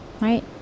Right